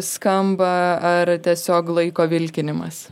skamba ar tiesiog laiko vilkinimas